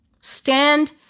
stand